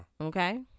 Okay